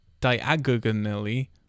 diagonally